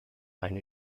eine